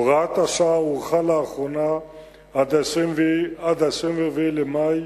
הוראת השעה הוארכה לאחרונה עד יום 24 במאי